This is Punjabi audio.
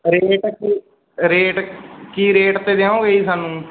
ਰੇਟ ਕੀ ਰੇਟ ਕੀ ਰੇਟ 'ਤੇ ਦਿਓਂਗੇ ਜੀ ਸਾਨੂੰ